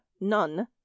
none